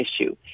issue